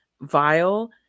vile